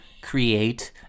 create